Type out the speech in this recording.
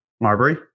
Marbury